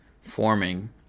forming